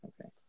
Okay